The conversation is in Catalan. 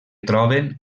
troben